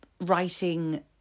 writing